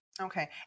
Okay